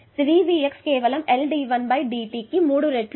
3Vx కేవలం L dI1 dt కి 3 రెట్లు ఉంటుంది